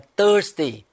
thirsty